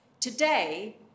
Today